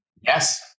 Yes